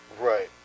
Right